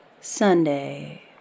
Sunday